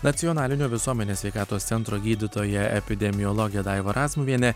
nacionalinio visuomenės sveikatos centro gydytoja epidemiologė daiva razmuvienė